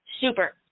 super